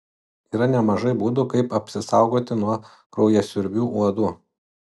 yra nemažai būdų kaip apsisaugoti nuo kraujasiurbių uodų